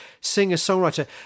singer-songwriter